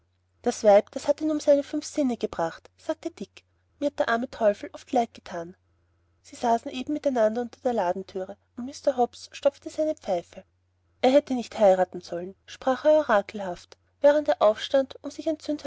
das weib das hat ihn um seine fünf sinne gebracht sagte dick mir hat der arme teufel oft leid gethan sie saßen eben miteinander unter der ladenthüre und mr hobbs stopfte seine pfeife er hätte nicht heiraten sollen sprach er orakelhaft während er aufstand um sich